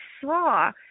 saw